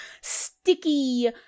sticky